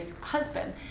husband